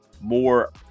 more